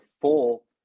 full